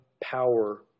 power